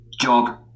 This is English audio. job